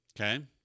Okay